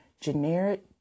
generic